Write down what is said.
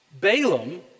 Balaam